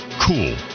cool